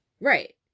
right